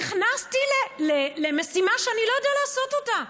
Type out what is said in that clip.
נכנסתי למשימה שאני לא יודע לעשות אותה,